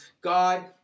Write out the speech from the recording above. God